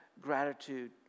gratitude